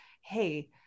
hey